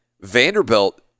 Vanderbilt